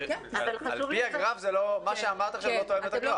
מה שאמרת עכשיו לא תואם את הגרף.